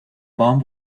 bomb